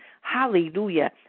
hallelujah